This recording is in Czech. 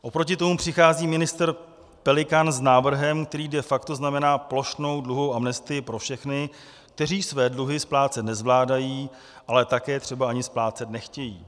Oproti tomu přichází ministr Pelikán s návrhem, který de facto znamená plošnou dluhovou amnestii pro všechny, kteří své dluhy splácet nezvládají, ale také třeba ani splácet nechtějí.